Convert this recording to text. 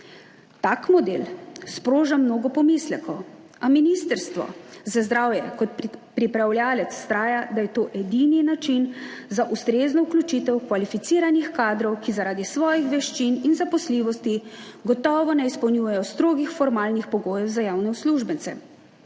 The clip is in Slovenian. Tak model sproža mnogo pomislekov, a ministrstvo za zdravje kot pripravljavec vztraja, da je to edini način za ustrezno vključitev kvalificiranih kadrov, ki zaradi svojih veščin in zaposljivosti gotovo ne izpolnjujejo strogih formalnih pogojev za javne uslužbence.